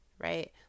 right